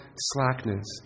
slackness